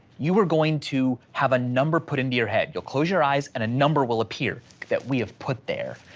you are going to have a number put into your head, you'll close your eyes and a number will appear that we have put there.